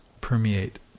permeate